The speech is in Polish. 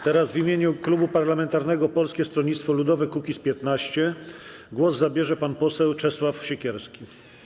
Teraz w imieniu klubu parlamentarnego Polskie Stronnictwo Ludowe - Kukiz15 głos zabierze pan poseł Czesław Siekierski.